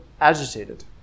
agitated